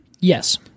Yes